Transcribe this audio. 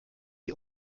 die